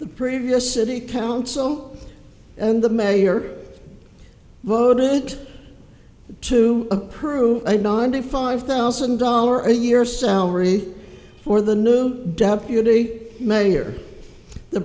the previous city council and the mayor voted to approve a ninety five thousand dollar a year salary for the new deputy mayor the